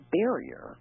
barrier